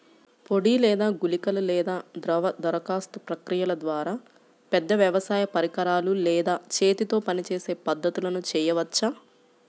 పొడి లేదా గుళికల లేదా ద్రవ దరఖాస్తు ప్రక్రియల ద్వారా, పెద్ద వ్యవసాయ పరికరాలు లేదా చేతితో పనిచేసే పద్ధతులను చేయవచ్చా?